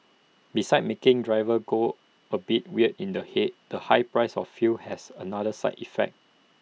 besides making drivers go A bit weird in the Head the high price of fuel has had another side effect